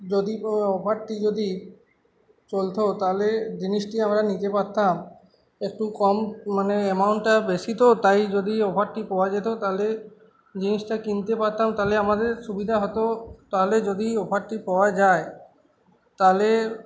যদি অফারটি যদি চলতো তালে জিনিসটি আমরা নিতে পারতাম একটু কম মানে অ্যামাউন্টটা বেশি তো তাই যদি অফারটি পাওয়া যেত তালে জিনিসটা কিনতে পারতাম তাাহলে আমাদের সুবিধা হতো তাহলে যদি অফারটি পাওয়া যায় তাহলে